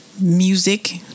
music